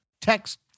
text